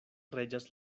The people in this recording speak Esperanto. reĝas